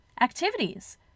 activities